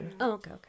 okay